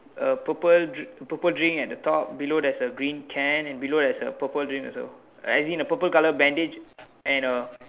uh purple dr~ purple drink at the top below there's a green can and below there's a purple drink also as in there's a purple colour bandage and a